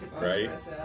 Right